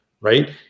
right